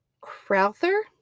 Crowther